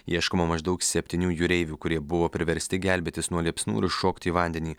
ieškoma maždaug septynių jūreivių kurie buvo priversti gelbėtis nuo liepsnų ir šokt į vandenį